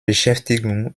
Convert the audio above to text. beschäftigung